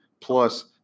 plus